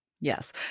Yes